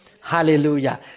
Hallelujah